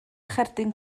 cherdyn